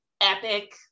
epic